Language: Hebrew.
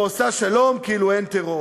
ועושה שלום כאילו אין טרור.